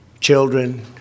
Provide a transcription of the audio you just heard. children